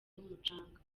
n’umucanga